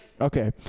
okay